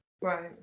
right